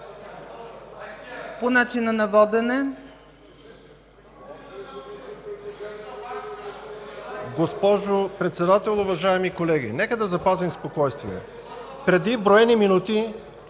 По начина на водене